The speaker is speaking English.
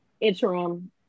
interim